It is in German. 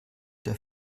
der